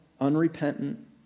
unrepentant